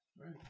right